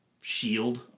shield